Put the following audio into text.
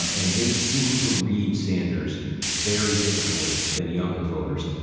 um and they seem to read sanders very differently than younger voters